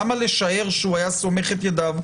למה לשער שהוא היה סומך את ידיו?